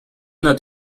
not